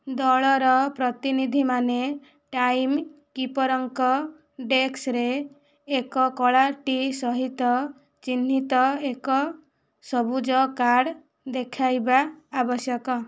ଦଳର ପ୍ରତିନିଧିମାନେ ଟାଇମ୍ କିପରଙ୍କ ଡେସ୍କରେ ଏକ କଳା ଟି ସହିତ ଚିହ୍ନିତ ଏକ ସବୁଜ କାର୍ଡ଼ ଦେଖାଇବା ଆବଶ୍ୟକ